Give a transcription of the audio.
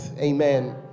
Amen